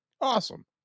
Awesome